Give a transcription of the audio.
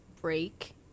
break